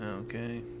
Okay